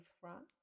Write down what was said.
front